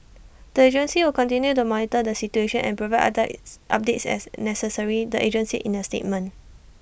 the agency will continue to monitor the situation and provide updates as necessary the agency in A statement